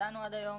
שידענו עד היום.